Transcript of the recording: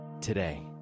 today